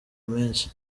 menshi